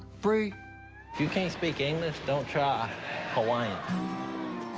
brie. if you can't speak english, don't try hawaiian